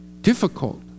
difficult